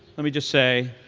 let me just say,